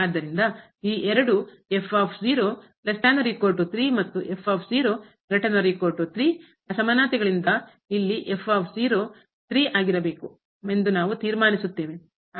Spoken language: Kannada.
ಆದ್ದರಿಂದ ಈ ಎರಡು ಮತ್ತು ಅಸಮಾನತೆಗಳಿಂದ ಇಲ್ಲಿ ಆಗಿರಬೇಕು ಎಂದು ನಾವು ತೀರ್ಮಾನಿಸುತ್ತೇವೆ